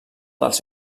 dels